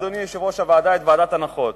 אדוני היושב-ראש מזכיר את ועדת הנחות.